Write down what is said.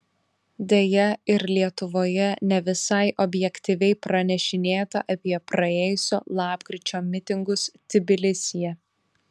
deja ir lietuvoje ne visai objektyviai pranešinėta apie praėjusio lapkričio mitingus tbilisyje